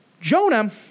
Jonah